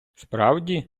справді